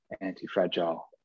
anti-fragile